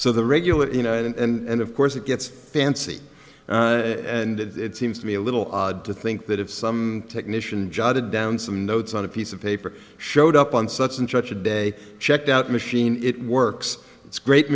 so the regular you know and of course it gets fancy and it's seems to me a little odd to think that if some technician jotted down some notes on a piece of paper showed up on such and such a day checked out machine it works